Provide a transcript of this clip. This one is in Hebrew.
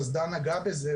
דן נגע בזה,